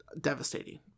devastating